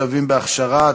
כלבים בהכשרה),